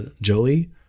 Jolie